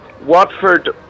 Watford